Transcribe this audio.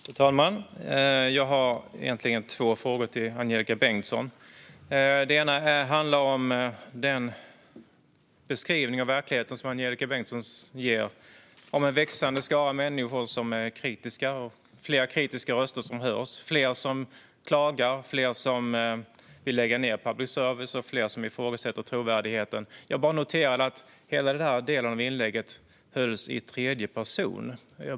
Fru talman! Jag har två frågor till Angelika Bengtsson. Den ena handlar om den beskrivning av verkligheten som Angelika Bengtsson ger, med en växande skara människor som är kritiska, med fler kritiska röster som hörs och med fler som klagar, fler som vill lägga ned public service och fler som ifrågasätter dess trovärdighet. Jag noterade att hela denna del av inlägget hölls i tredje person.